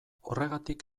horregatik